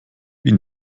wie